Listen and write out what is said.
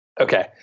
okay